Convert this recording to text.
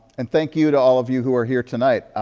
and thank you to all of you who are here tonight.